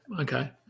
okay